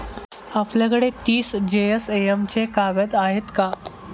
आपल्याकडे तीस जीएसएम चे कागद आहेत का?